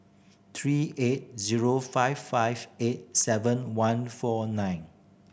three eight zero five five eight seven one four nine